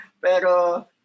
Pero